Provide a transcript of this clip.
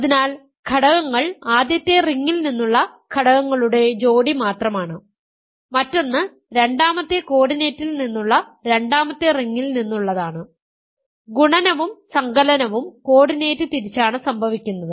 അതിനാൽ ഘടകങ്ങൾ ആദ്യത്തെ റിംഗിൽ നിന്നുള്ള ഘടകങ്ങളുടെ ജോഡി മാത്രമാണ് മറ്റൊന്ന് രണ്ടാമത്തെ കോർഡിനേറ്റിൽ നിന്നുള്ള രണ്ടാമത്തെ റിംഗിൽ നിന്നുള്ളതാണ് ഗുണനവും സങ്കലനവും കോർഡിനേറ്റ് തിരിച്ചാണ് സംഭവിക്കുന്നത്